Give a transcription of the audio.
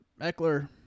Eckler